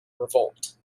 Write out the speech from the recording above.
revolt